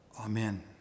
amen